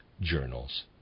journals